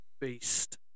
beast